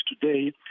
today